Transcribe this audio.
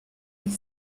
les